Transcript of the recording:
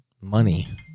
money